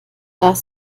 das